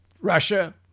Russia